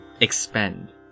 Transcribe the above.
expend